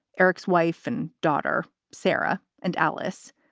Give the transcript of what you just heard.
erik's wife and daughter, sarah and alice,